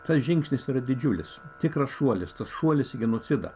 tas žingsnis yra didžiulis tikras šuolis tas šuolis į genocidą